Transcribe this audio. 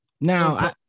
now